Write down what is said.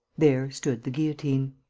there stood the guillotine.